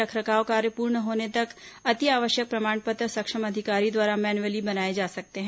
रखरखाव कार्य पूर्ण होने तक अति आवश्यक सक्षम अधिकारी द्वारा मेन्युअली बनाए जा सकते हैं